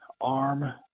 arm